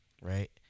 Right